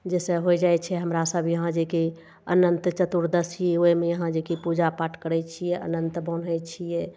जैसे होइ जाइ छै हमरा सब यहाँ जेकी अनन्त चतुर्दशी ओहिमे यहाँ जेकी पूजापाठ करै छियै अनन्त बान्है छियै